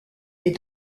est